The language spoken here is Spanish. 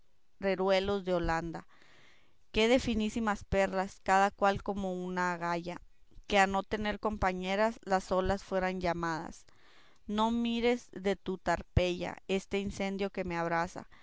herreruelos de holanda qué de finísimas perlas cada cual como una agalla que a no tener compañeras las solas fueran llamadas no mires de tu tarpeya este incendio que me abrasa